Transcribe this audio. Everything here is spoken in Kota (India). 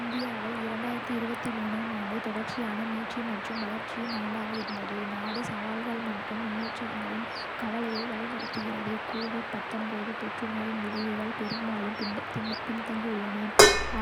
இந்தியாவில் ஆம் ஆண்டு தொடர்ச்சியான மீட்சி மற்றும் வளர்ச்சியின் ஆண்டாக இருந்தது, நாடு சவால்கள் மற்றும் முன்னேற்றங்களின் கலவையை வழிநடத்துகிறது. தொற்றுநோயின் விளைவுகள் பெரும்பாலும் பின்தங்கியுள்ளன,